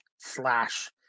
slash